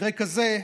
במקרה כזה,